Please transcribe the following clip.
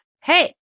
hey